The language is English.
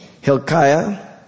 Hilkiah